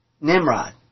Nimrod